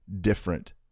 different